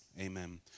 Amen